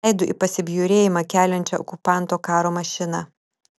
veidu į pasibjaurėjimą keliančią okupanto karo mašiną